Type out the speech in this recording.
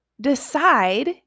decide